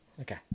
Okay